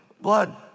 blood